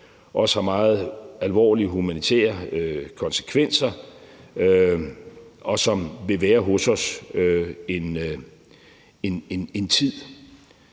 også har meget alvorlige humanitære konsekvenser, og som vil være hos os en tid.